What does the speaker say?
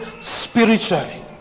spiritually